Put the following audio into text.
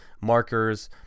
markers